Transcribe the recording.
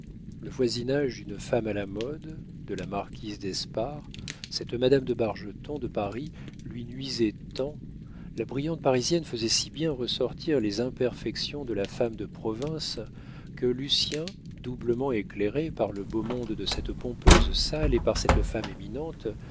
le voisinage d'une femme à la mode de la marquise d'espard cette madame de bargeton de paris lui nuisait tant la brillante parisienne faisait si bien ressortir les imperfections de la femme de province que lucien doublement éclairé par le beau monde de cette pompeuse salle et par cette femme éminente